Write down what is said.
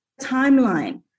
timeline